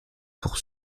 pour